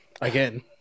Again